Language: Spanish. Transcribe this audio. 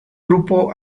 grupo